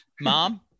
mom